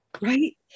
right